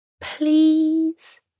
Please